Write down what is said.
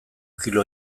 kilo